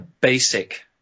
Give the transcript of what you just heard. basic